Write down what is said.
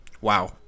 Wow